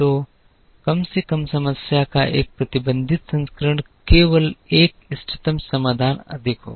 तो कम से कम समस्या का एक प्रतिबंधित संस्करण केवल एक इष्टतम समाधान अधिक होगा